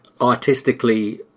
artistically